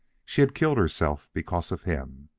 she had killed herself because of him.